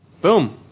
Boom